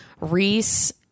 Reese